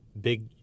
big